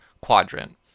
quadrant